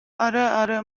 اره